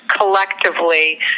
collectively